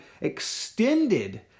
extended